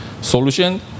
Solution